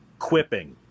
quipping